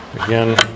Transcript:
Again